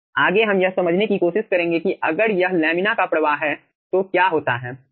आगे हम यह समझने की कोशिश करेंगे कि अगर यह लामिना का प्रवाह है तो क्या होता है